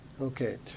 Okay